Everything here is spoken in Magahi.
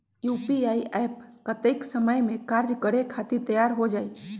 यू.पी.आई एप्प कतेइक समय मे कार्य करे खातीर तैयार हो जाई?